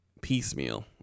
piecemeal